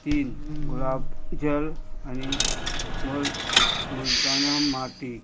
तीन गुलाब जल आनी मूताना माटी